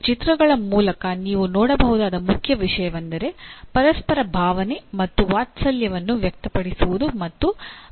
ಈ ಚಿತ್ರಗಳ ಮೂಲಕ ನೀವು ನೋಡಬಹುದಾದ ಮುಖ್ಯ ವಿಷಯವೆಂದರೆ ಪರಸ್ಪರ ಭಾವನೆ ಮತ್ತು ವಾತ್ಸಲ್ಯವನ್ನು ವ್ಯಕ್ತಪಡಿಸುವುದು ಮತ್ತು ಪ್ರದರ್ಶಿಸುವುದು